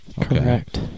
Correct